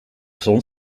zon